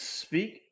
speak